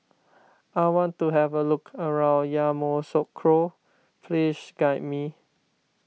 I want to have a look around Yamoussoukro please guide me